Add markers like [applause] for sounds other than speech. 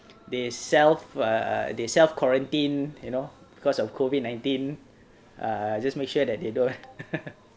they self err they self quarantine you know because of COVID nineteen err just make sure that they don't [laughs]